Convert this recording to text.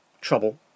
trouble